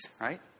right